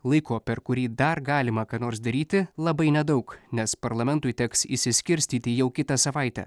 laiko per kurį dar galima ką nors daryti labai nedaug nes parlamentui teks išsiskirstyti jau kitą savaitę